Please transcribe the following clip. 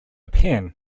pen